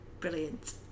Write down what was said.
brilliant